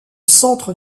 centre